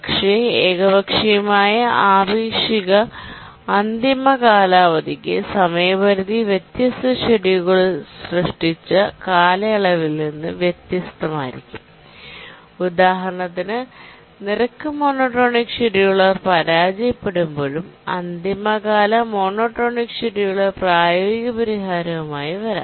പക്ഷേ ഏകപക്ഷീയമായ ആപേക്ഷിക അന്തിമകാലാവധിക്ക് സമയപരിധി വ്യത്യസ്ത ഷെഡ്യൂളുകൾ സൃഷ്ടിച്ച കാലയളവിൽ നിന്ന് വ്യത്യസ്തമായിരിക്കും ഉദാഹരണത്തിന് റേറ്റ് മോണോടോണിക് അൽഗോരിതം പരാജയപ്പെടുമ്പോഴും ഡെഡ്ലൈൻ മോണോടോണിക് ഷെഡ്യൂളർ പ്രായോഗിക പരിഹാരവുമായി വരാം